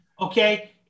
okay